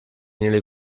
nelle